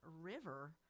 river